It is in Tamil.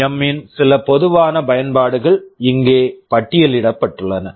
எம் PWM இன் சில பொதுவான பயன்பாடுகள் இங்கே பட்டியலிடப்பட்டுள்ளன